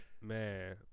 Man